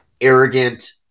arrogant